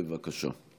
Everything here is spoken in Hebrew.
בבקשה.